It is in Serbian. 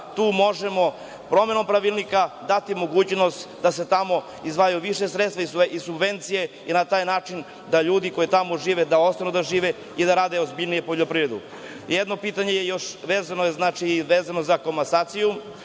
tu možemo promenom Pravilnika dati mogućnost da se tamo izdvaja više sredstava i subvencije i na taj način da ljudi koji tamo žive da ostanu tamo da žive i da se ozbiljnije bave poljoprivredom. Jedno pitanje je vezano za komasaciju,